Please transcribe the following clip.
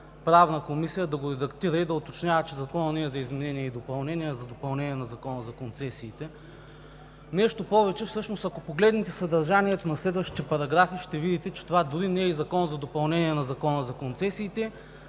Правна комисия да го редактира и да уточнява, че Законът не е за изменение и допълнение, а за допълнение на Закона за концесиите. Нещо повече. Всъщност, ако погледнете съдържанието на следващите параграфи, ще видите, че това дори не е Закон за допълнение на Закона за концесиите,